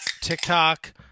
TikTok